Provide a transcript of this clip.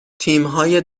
تیمهای